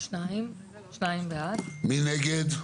מי נגד?